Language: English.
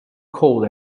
coal